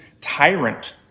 tyrant